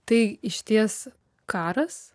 tai išties karas